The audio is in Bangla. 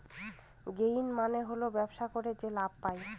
গেইন মানে হল ব্যবসা করে যে লাভ পায়